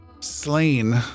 slain